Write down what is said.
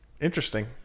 Interesting